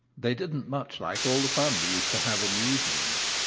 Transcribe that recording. they didn't much like all the fun we used to have in the evenings.